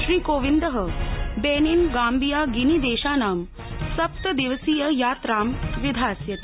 Shri Kovind Benin Gambia गिनी देशानां सप्तदिवसीय यात्रां विधास्यति